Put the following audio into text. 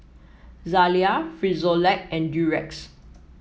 Zalia Frisolac and Durex